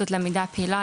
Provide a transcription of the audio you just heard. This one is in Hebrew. זו למידה פעילה,